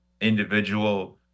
individual